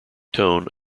tone